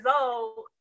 old